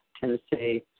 Tennessee